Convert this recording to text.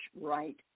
right